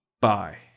bye